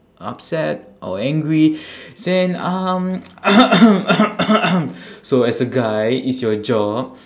upset or angry then um so as a guy it's your job